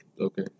Okay